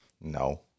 No